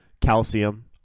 calcium